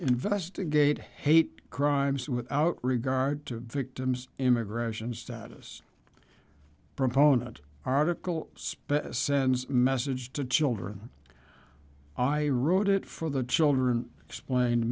investigate hate crimes without regard to victims immigration status proponent article specimens message to children i wrote it for the children explained